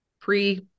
pre